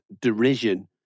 derision